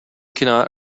cannot